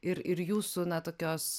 ir ir jūsų na tokios